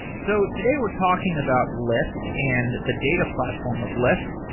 so today we're talking about lyft and the data platform of lyft.